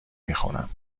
میخورم